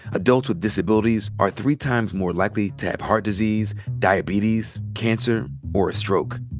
adults with disabilities are three times more likely to have heart disease, diabetes, cancer, or a stroke.